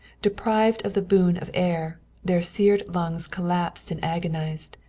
deprived of the boon of air, their seared lungs collapsed and agonized,